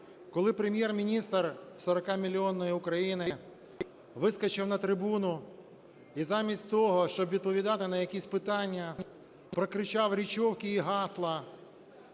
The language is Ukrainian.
коли Прем'єр-міністр сорокамільйонної України вискочив на трибуну і замість того, щоб відповідати на якісь питання, прокричав речовки і гасла,